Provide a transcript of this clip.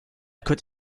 could